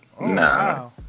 nah